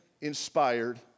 inspired